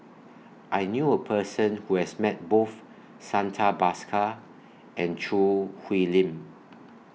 I knew A Person Who has Met Both Santha Bhaskar and Choo Hwee Lim